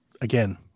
again